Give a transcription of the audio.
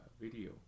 video